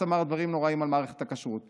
מפריע לי שבג"ץ אמר דברים נוראיים על מערכת הכשרות.